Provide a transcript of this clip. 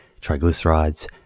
triglycerides